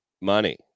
money